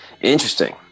Interesting